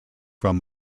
from